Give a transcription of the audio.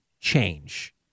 change